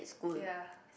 ya